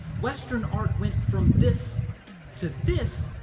western art went from this to this,